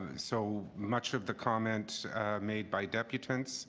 and so much of the comments made by debutantes